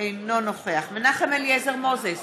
אינו נוכח מנחם אליעזר מוזס,